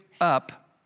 up